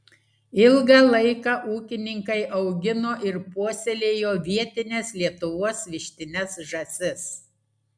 ilgą laiką ūkininkai augino ir puoselėjo vietines lietuvos vištines žąsis